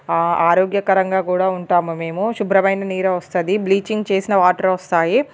ఆరోగ్యకరంగా కూడా ఉంటాము మేము శుభ్రమైన నీరు వస్తుంది బ్లీచింగ్ చేసిన వాటర్ వస్తాయి